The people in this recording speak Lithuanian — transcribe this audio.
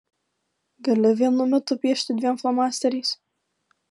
gali vienu metu piešti dviem flomasteriais